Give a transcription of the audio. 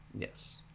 Yes